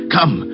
Come